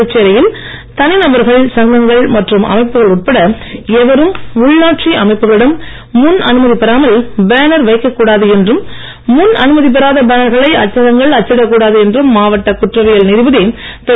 புதுச்சேரியில் தனி நபர்கள் சங்கங்கள் மற்றும் அமைப்புகள் உட்பட எவரும் உள்ளாட்சி அமைப்புகளிடம் முன் அனுமதி பெறாமல் பேனர் வைக்கக்கூடாது என்றும் முன் அனுமதி பெறாத பேனர்களை அச்சகங்கள் அச்சிடக்கூடாது என்றும் மாவட்ட குற்றவியல் நீதிபதி திரு